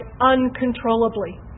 uncontrollably